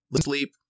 sleep